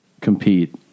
compete